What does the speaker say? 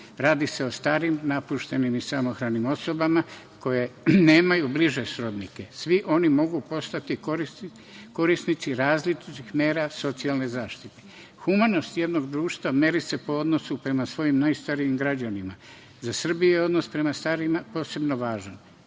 Radi se o starim, napuštenim i samohranim osobama koje nemaju bliže srodnike. Svi oni mogu postati korisnici različitih mera socijalne zaštite. Humanost jednog društva meri se po odnosu prema svojim najstarijim građanima. Za Srbiju je odnos prema starima posebno važan.